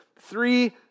three